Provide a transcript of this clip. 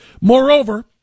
Moreover